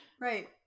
Right